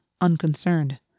unconcerned